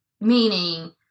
Meaning